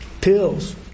pills